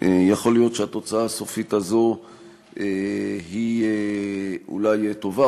יכול להיות שהתוצאה הסופית הזו היא אולי טובה,